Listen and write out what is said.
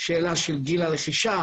היושב ראש,